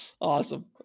Awesome